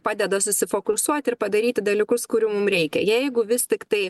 padeda susifokusuot ir padaryti dalykus kurių mum reikia jeigu vis tiktai